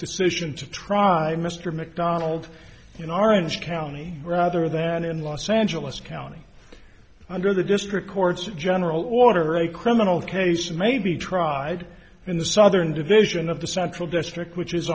decision to try mr mcdonald in orange county rather than in los angeles county under the district court's general order a criminal case may be tried in the southern division of the central district which is